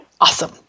Awesome